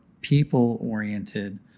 people-oriented